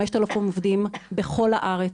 5,000 עובדים בכל הארץ,